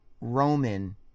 Roman